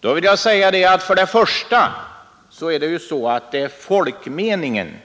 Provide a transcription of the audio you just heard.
Då vill jag svara: För det första är det folkmeningen